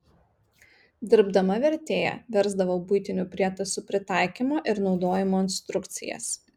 dirbdama vertėja versdavau buitinių prietaisų pritaikymo ir naudojimo instrukcijas